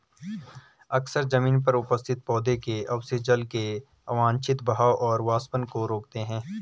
अक्सर जमीन पर उपस्थित पौधों के अवशेष जल के अवांछित बहाव और वाष्पन को रोकते हैं